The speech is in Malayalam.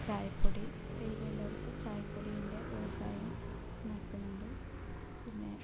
ചായപ്പൊടി തേയിലയുള്ളവർക്ക് ചായപൊടിൻ്റെ വ്യവസായം നടക്കുന്നുണ്ട് പിന്നെ